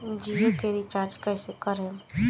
जियो के रीचार्ज कैसे करेम?